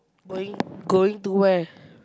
going going to where